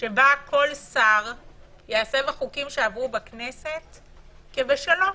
שבה כל שר יעשה בחוקים שעברו בכנסת כבשלו.